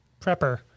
prepper